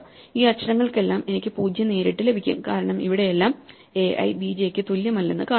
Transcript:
ഈ അക്ഷരങ്ങൾക്കെല്ലാം എനിക്ക് 0 നേരിട്ട് ലഭിക്കും കാരണം ഇവിടെയെല്ലാം ai b j യ്ക്ക് തുല്യമല്ലെന്ന് കാണാം